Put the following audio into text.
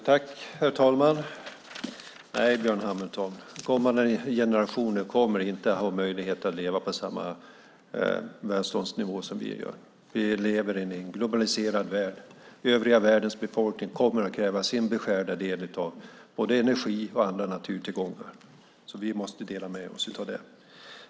Herr talman! Nej, Björn Hamilton, kommande generationer kommer inte att kunna leva på samma välståndsnivå som vi gör. Vi lever i en globaliserad värld. Den övriga världens befolkning kommer att kräva sin beskärda del av energi och andra naturtillgångar. Vi måste dela med oss av det.